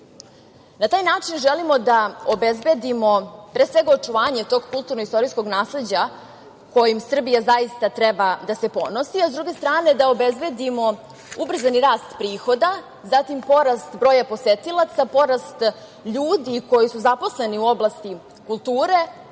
taj način želimo da obezbedimo pre svega očuvanje tog kulturno-istorijskog nasleđa kojim Srbija zaista treba da se ponosi, a s druge strane, da obezbedimo ubrzani rast prihoda, zatim, porast broja posetilaca, porast ljudi koji su zaposleni u oblasti kulture